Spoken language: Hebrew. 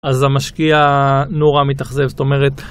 אז המשקיע נורא מתאכזב, זאת אומרת...